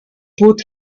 put